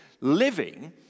living